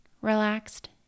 relaxed